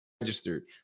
registered